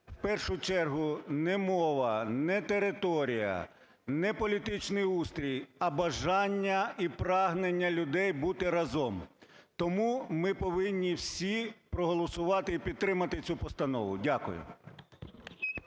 в першу чергу не мова, не територія, не політичний устрій, а бажання і прагнення людей бути разом. Тому ми повинні всі проголосувати і підтримати цю постанову. Дякую.